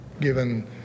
Given